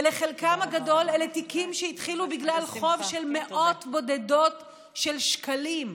ולחלקם הגדול אלה תיקים שהתחילו בגלל חוב של מאות בודדות של שקלים,